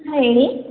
ಹಾಂ ಹೇಳಿ